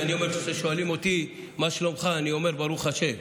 כששואלים אותי מה שלומך אני אומר: ברוך השם,